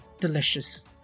Delicious